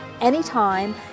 anytime